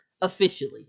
Officially